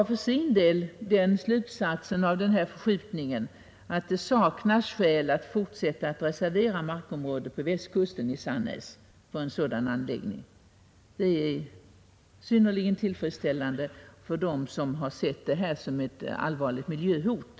Industriministern drar den slutsatsen av denna förskjutning att det saknas skäl att fortsätta att reservera markområde för en sådan anläggning vid Sannäs på Västkusten. Detta är synnerligen tillfredsställande för dem som sett detta som ett allvarligt miljöhot.